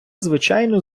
звичайну